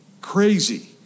crazy